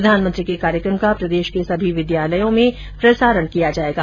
प्रधानमंत्री के कार्येकम का प्रदेश के सभी विद्यालयों में प्रसारण किया जाएगा